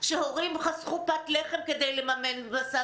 שהורים חסכו פת לחם כדי לממן מסע,